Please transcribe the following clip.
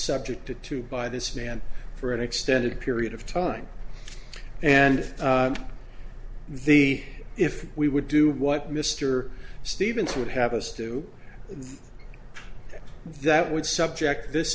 subject to by this man for an extended period of time and the if we would do what mr stevens would have us do that would subject this